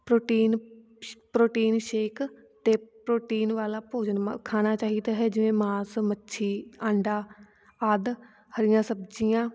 protein ਸ਼ protein shake ਅਤੇ protein ਵਾਲਾ ਭੋਜਨ ਮਾ ਖਾਣਾ ਚਾਹੀਦਾ ਹੈ ਜਿਵੇਂ ਮਾਸ ਮੱਛੀ ਆਂਡਾ ਆਦਿ ਹਰੀਆਂ ਸਬਜ਼ੀਆਂ